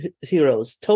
heroes